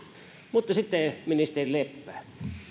mutta sitten ministeri leppä